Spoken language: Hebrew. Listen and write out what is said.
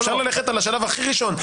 אפשר ללכת על השלב הכי ראשון.